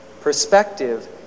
perspective